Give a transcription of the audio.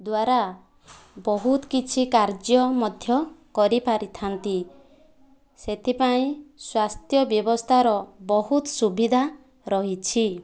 ଦ୍ୱାରା ବହୁତ କିଛି କାର୍ଯ୍ୟ ମଧ୍ୟ କରିପାରିଥାନ୍ତି ସେଥିପାଇଁ ସ୍ୱାସ୍ଥ୍ୟ ବ୍ୟବସ୍ଥାର ବହୁତ ସୁବିଧା ରହିଛି